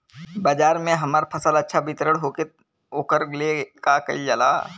बाजार में हमार फसल अच्छा वितरण हो ओकर लिए का कइलजाला?